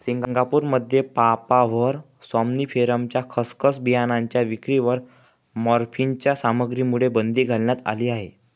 सिंगापूरमध्ये पापाव्हर सॉम्निफेरमच्या खसखस बियाणांच्या विक्रीवर मॉर्फिनच्या सामग्रीमुळे बंदी घालण्यात आली आहे